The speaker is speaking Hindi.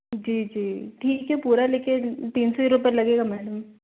जी जी ठीक है पूरा लेकिन तीन सौ रुपये लगेगा मैडम